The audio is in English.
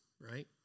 right